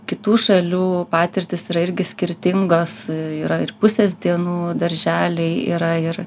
kitų šalių patirtys yra irgi skirtingos yra ir pusės dienų darželiai yra ir